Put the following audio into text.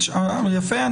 יפה.